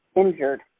injured